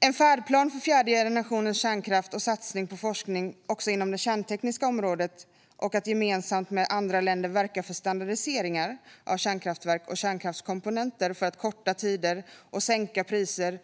Vi har även fört fram en färdplan för fjärde generationens kärnkraft och satsning på forskning också inom det kärntekniska området liksom att gemensamt med andra länder verka för standardiseringar av kärnkraftverk och kärnkraftskomponenter för att korta tider och sänka priser.